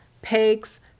Pegs